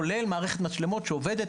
כולל מערכת מצלמות שעובדת,